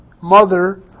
mother